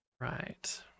Right